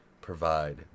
provide